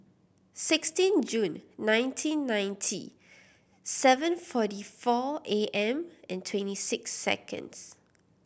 sixteen June nineteen ninety seven forty four A M and twenty six seconds